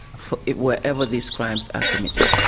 for wherever these crimes are committed.